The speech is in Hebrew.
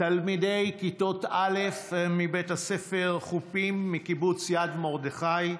תלמידי כיתות א' מבית הספר חופים בקיבוץ יד מרדכי,